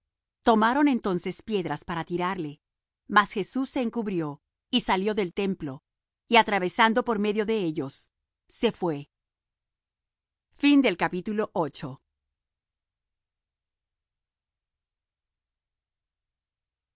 tomaron entonces piedras para tirarle mas jesús se encubrió y salió del templo y atravesando por medio de ellos se fué y